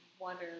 wonder